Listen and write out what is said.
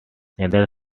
neither